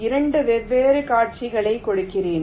2 வெவ்வேறு காட்சிகளைக் கொடுக்கிறேன்